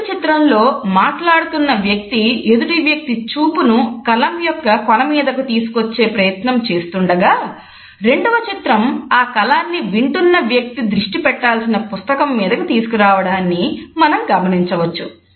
మొదటి చిత్రంలో మాట్లాడుతున్న వ్యక్తి ఎదుటివ్యక్తి చూపును కలం యొక్క కొనమీదకు తీసుకువచ్చే ప్రయత్నం చేస్తుండగా రెండవ చిత్రం ఆ కలాన్ని వింటున్న వ్యక్తి దృష్టిపెట్టాల్సిన పుస్తకం మీదకు తీసుకురావడాన్ని మనం గమనించవచ్చు